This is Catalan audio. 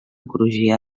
crugia